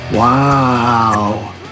Wow